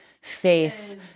face